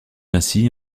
ainsi